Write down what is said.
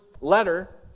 letter